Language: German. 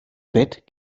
bett